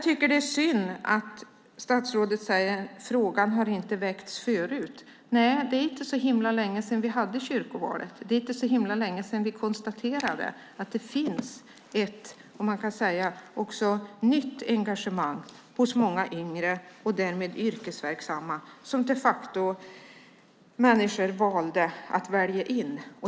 Det är synd att statsrådet säger att frågan inte har väckts tidigare. Nej, det är inte särskilt länge sedan vi hade kyrkoval. Det är heller inte särskilt länge sedan vi konstaterade att det finns ett nytt engagemang hos många yngre och därmed yrkesverksamma människor som de facto valdes in.